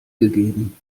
gegeben